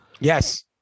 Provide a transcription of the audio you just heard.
Yes